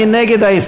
מי נגד?